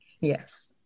Yes